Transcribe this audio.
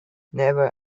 never